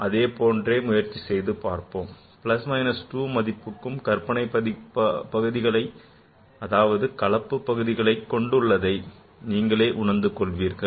Plus minus 2 மதிப்புக்கு கற்பனை பகுதிகளை அதாவது கலப்புப்பகுதிகளை கொண்டுள்ளதை நீங்களே உணர்ந்து கொள்வீர்கள்